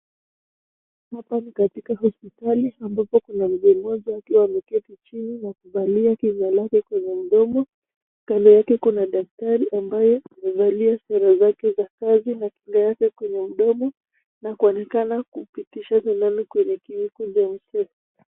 Hapa ni katika hopitali ambapo kuna mzee moja akiwa ameketi chini na kuvalia kinga lake kwenye mdomo, kando yake kuna daktari ambaye amevalia sare zake za kazi na kinga yake kwenye mdomo, na kuonekana kupitisha......